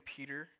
Peter